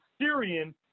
Syrian